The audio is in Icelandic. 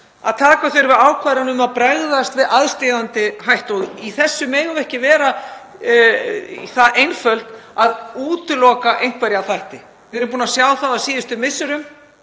að taka þurfi ákvarðanir um að bregðast við aðsteðjandi hættu. Í þessu megum við ekki vera það einföld að útiloka einhverja þætti. Við erum búin að sjá það á síðustu misserum